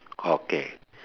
okay